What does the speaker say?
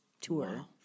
tour